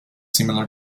similar